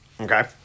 Okay